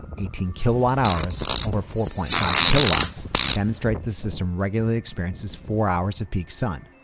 eighteen kilowatt hours over four point five kilowatts demonstrate this system regularly experiences four hours of peak sun.